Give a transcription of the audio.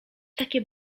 takie